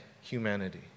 humanity